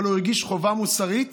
אבל הוא הרגיש חובה מוסרית,